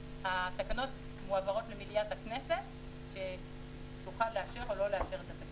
התקנות מועברות למליאת הכנסת שתוכל לאשר או לא לאשר אותן.